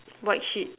white sheep